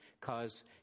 cause